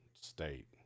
State